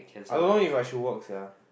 I don't know If I should work sia